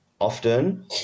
often